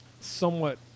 somewhat